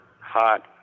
hot